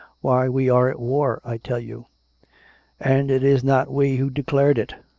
why, we are at war, i tell you and it is not we who declared it!